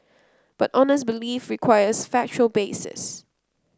but honest belief requires factual basis